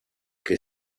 che